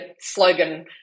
slogan